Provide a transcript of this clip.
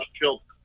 children